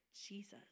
Jesus